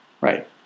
Right